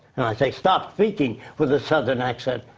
say stop speaking with the southern accent.